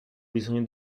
bisogno